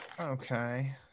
Okay